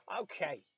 okay